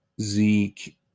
Zeke